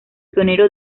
pionero